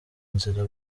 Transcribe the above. nzira